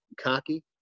cocky